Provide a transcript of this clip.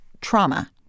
trauma